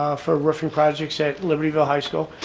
for roofing projects at libertyville high school,